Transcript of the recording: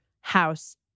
house